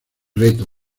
reto